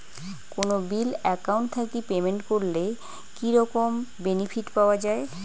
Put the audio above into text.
কোনো bill account থাকি payment করলে কি রকম বেনিফিট পাওয়া য়ায়?